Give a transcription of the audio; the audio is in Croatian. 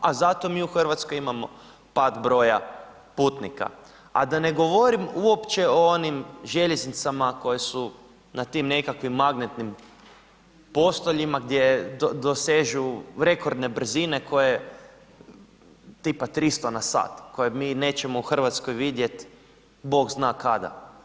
A zato mi u Hrvatskoj imamo pad broja putnika, a da ne govorim uopće o onim željeznicama koje su na tim nekakvim magnetnim postoljima gdje dosežu rekordne brzine koje, tipa 300 na sat koje mi nećemo u Hrvatskoj vidjeti Bog zna kada.